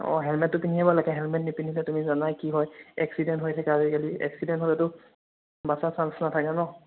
অঁ হেলমেটটো পিন্ধিব লাগে হেলমেট নিপিন্ধিলে তুমি জানাই কি হয় এক্সিডেণ্ট হৈ থাকে আজিকালি এক্সিডেণ্ট হ'লেতো বাচাৰ চান্স নাথাকে ন'